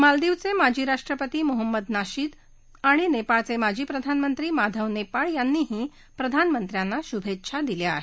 मालदीवचे माजी राष्ट्रपती मोहम्मद नशीद आणि नेपाळचे माजी प्रधानमंत्री माधव नेपाळ यांनीही प्रधानमंत्र्यांना शुभेच्छा दिल्या आहेत